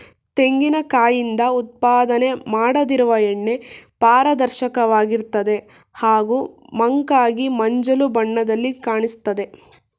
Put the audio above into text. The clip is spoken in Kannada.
ತೆಂಗಿನ ಕಾಯಿಂದ ಉತ್ಪಾದನೆ ಮಾಡದಿರುವ ಎಣ್ಣೆ ಪಾರದರ್ಶಕವಾಗಿರ್ತದೆ ಹಾಗೂ ಮಂಕಾಗಿ ಮಂಜಲು ಬಣ್ಣದಲ್ಲಿ ಕಾಣಿಸ್ತದೆ